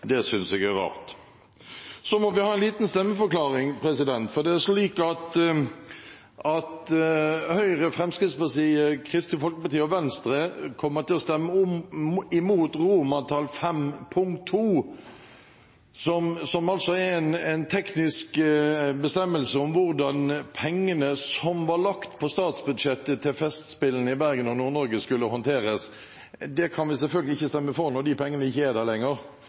det synes jeg er rart. Så må vi ha en liten stemmeforklaring. Høyre, Fremskrittspartiet, Kristelig Folkeparti og Venstre kommer til å stemme imot rammeområde 3, V, punkt 2, som er en teknisk bestemmelse om hvordan pengene som var lagt på statsbudsjettet til festspillene i Bergen og Nord-Norge, skulle håndteres. Det kan vi selvfølgelig ikke stemme for når de pengene ikke er der lenger,